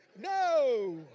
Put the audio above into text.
No